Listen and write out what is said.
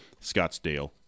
scottsdale